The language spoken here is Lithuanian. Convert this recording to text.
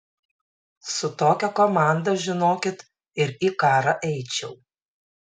su tokia komanda žinokit ir į karą eičiau